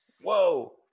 Whoa